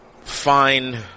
fine –